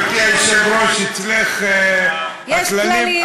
גברתי היושבת-ראש, אצלך, יש כללים.